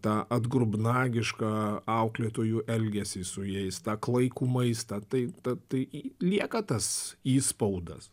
tą atgrubnagišką auklėtojų elgesį su jais tą klaikų maistą tai ta tai lieka tas įspaudas